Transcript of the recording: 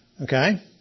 Okay